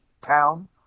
Town